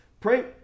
Pray